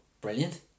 brilliant